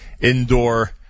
Indoor